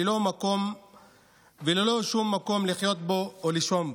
וללא שום מקום לחיות בו או לישון בו?